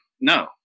no